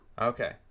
okay